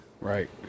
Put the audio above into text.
right